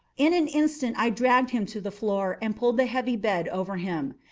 in an instant i dragged him to the floor, and pulled the heavy bed over him.